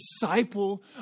disciple